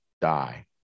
die